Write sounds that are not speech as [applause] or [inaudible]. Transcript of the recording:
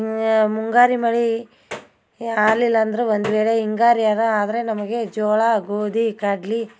[unintelligible] ಮುಂಗಾರು ಮಳೆ ಏ ಆಗ್ಲಿಲ್ಲ ಅಂದ್ರೆ ಒಂದು ವೇಳೆ ಹಿಂಗಾರಿ ಆರೂ ಆದರೆ ನಮಗೆ ಜೋಳ ಗೋಧಿ ಕಡ್ಲೆ